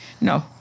No